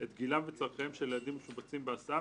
את גילם וצרכיהם של הילדים המשובצים בהסעה,